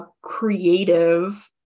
creative